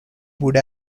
would